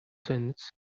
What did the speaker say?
sense